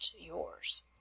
yours